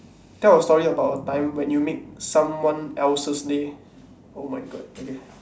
tell a story about a time when you made someone else's day oh my god okay